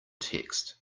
text